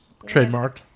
Trademarked